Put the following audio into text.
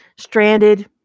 stranded